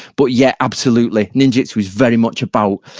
but yeah, absolutely. ninjutsu was very much about,